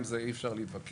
עם זה אי אפשר להתווכח,